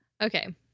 okay